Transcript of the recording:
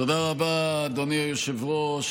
תודה רבה, אדוני היושב-ראש.